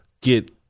get